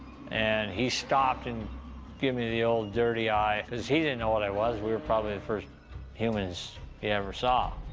and he stopped and give me the old dirty eye cause he didn't know what i was. we were probably the first humans he ever saw.